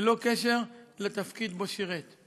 ללא קשר לתפקיד שבו שירת.